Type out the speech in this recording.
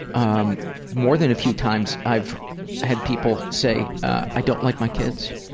um more than a few times i've had people say i don't like my kids.